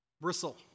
bristle